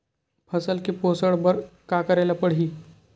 फसल के पोषण बर का करेला पढ़ही?